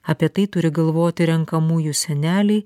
apie tai turi galvoti renkamųjų seneliai